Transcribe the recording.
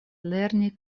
lerni